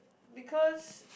because